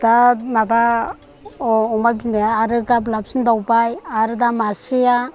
दा माबा अमा बिमाया आरो गाब लाफिन बावबाय आरो दा मासेया